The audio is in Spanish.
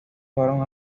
llevaron